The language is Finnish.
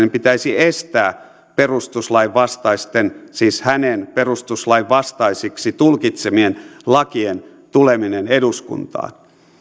pitäisi estää perustuslain vastaisten siis hänen perustuslain vastaisiksi tulkitsemiensa lakien tuleminen eduskuntaan